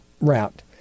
route